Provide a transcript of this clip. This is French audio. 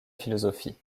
philosophie